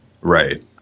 Right